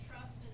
trust